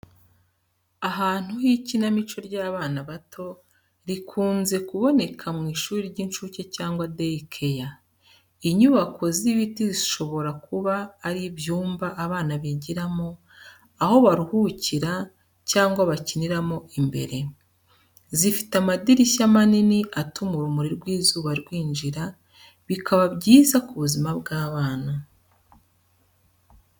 Ahantu h’ikinamico ry’abana bato, rikunze kuboneka mu ishuri ry’incuke cyangwa day care. Inyubako z'ibiti zishobora kuba ari ibyumba abana bigiramo, aho baruhukira cyangwa bakiniramo imbere. Zifite amadirishya manini atuma urumuri rw'izuba rwinjira, bikaba byiza ku buzima bw’abana.